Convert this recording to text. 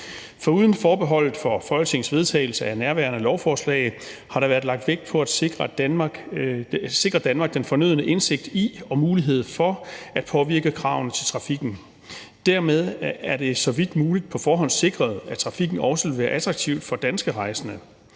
Foruden forbeholdet for Folketingets vedtagelse af nærværende lovforslag har der været lagt vægt på at sikre Danmark den fornødne indsigt i og mulighed for at påvirke kravene til trafikken. Dermed er det så vidt muligt på forhånd sikret, at trafikken også vil være attraktiv for danske rejsende.